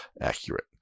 accurate